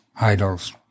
idols